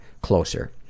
closer